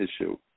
issue